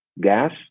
gas